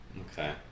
okay